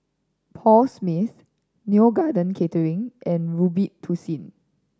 Paul Smith Neo Garden Catering and Robitussin